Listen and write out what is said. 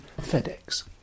FedEx